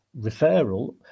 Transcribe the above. referral